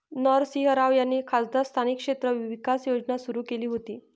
नरसिंह राव यांनी खासदार स्थानिक क्षेत्र विकास योजना सुरू केली होती